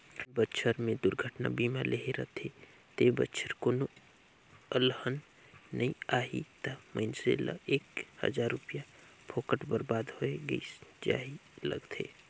जेन बच्छर मे दुरघटना बीमा लेहे रथे ते बच्छर कोनो अलहन नइ आही त मइनसे ल एक हजार रूपिया फोकट बरबाद होय गइस जइसे लागथें